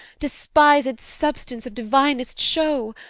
despised substance of divinest show!